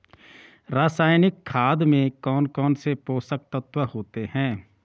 रासायनिक खाद में कौन कौन से पोषक तत्व होते हैं?